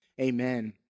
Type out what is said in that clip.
Amen